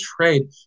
trade